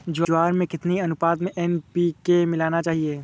ज्वार में कितनी अनुपात में एन.पी.के मिलाना चाहिए?